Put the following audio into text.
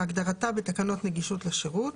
"חיית שירות" כהגדרתה בתקנות נגישות לשירות.